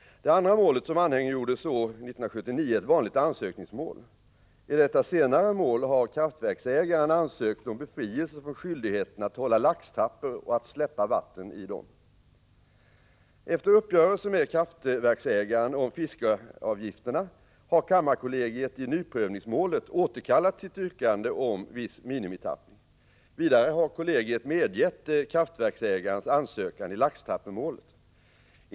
Det andra målet, som anhängiggjordes år 1979, är ett vanligt ansökningsmål. I detta senare mål har kraftverksägaren ansökt om befrielse från skyldigheten att hålla laxtrappor och att släppa vatten i dem. Efter uppgörelse med kraftverksägaren om fiskeavgifterna har kammarkollegiet i nyprövningsmålet återkallat sitt yrkande om viss minimitappning. Vidare har kollegiet medgett kraftverksägarens ansökan i laxtrappemålet.